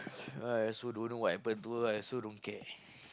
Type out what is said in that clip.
I also don't know what happen to her I also don't care